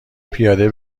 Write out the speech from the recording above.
پیاده